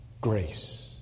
Grace